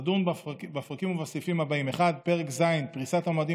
תדון בפרקים ובסעיפים הבאים: 1. פרק ז' (פריסת המועדים